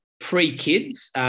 Pre-kids